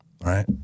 Right